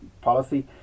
policy